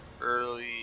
early